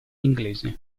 inglese